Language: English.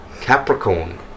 Capricorn